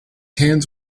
hands